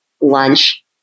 lunch